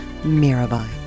Mirabai